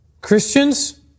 christians